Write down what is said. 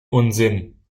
unsinn